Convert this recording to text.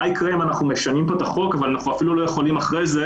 מה יקרה אם אנחנו משנים פה את החוק ואנחנו אפילו לא יכולים אחרי זה